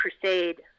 crusade